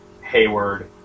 Hayward